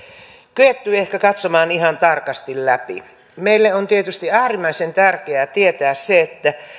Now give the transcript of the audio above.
kyetty ehkä katsomaan ihan tarkasti läpi meille on tietysti äärimmäisen tärkeää tietää se